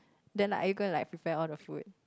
then like are you going to like prepare all the food